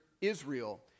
Israel